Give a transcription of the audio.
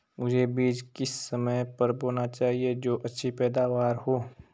मुझे बीज किस समय पर बोना चाहिए जो अच्छी पैदावार हो?